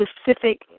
specific